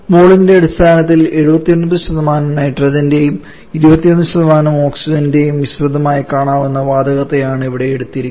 മോളിന്റെ അടിസ്ഥാനത്തിൽ 79 നൈട്രജന്റെയും 21 ഓക്സിജന്റെയും മിശ്രിതമായി കാണാവുന്ന വാതകത്തെ ആണ് ഇവിടെ എടുത്തിരിക്കുന്നത്